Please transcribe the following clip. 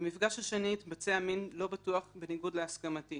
במפגש השני התבצע מין לא בטוח בניגוד להסכמתי